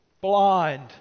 blind